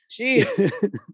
Jeez